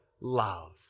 love